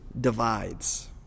divides